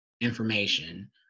information